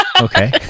okay